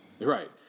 right